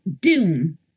doom